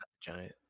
giant